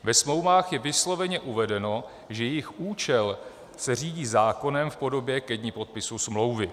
Ve smlouvách je vysloveně uvedeno, že jejich účel se řídí zákonem v podobě ke dni podpisu smlouvy.